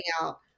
out